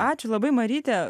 ačiū labai maryte